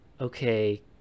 okay